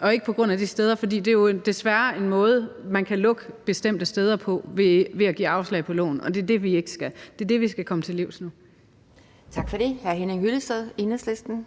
og ikke på stederne. For det er jo desværre en måde, man kan lukke bestemte steder på, altså ved at give afslag på lån. Og det er det, vi ikke skal have– det er det, vi skal til komme til livs nu. Kl. 13:27 Anden næstformand